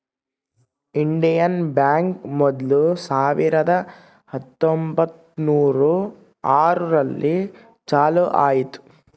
Indian bank ಮೊದ್ಲು ಸಾವಿರದ ಹತ್ತೊಂಬತ್ತುನೂರು ಆರು ರಲ್ಲಿ ಚಾಲೂ ಆಯ್ತು